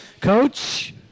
Coach